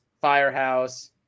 Firehouse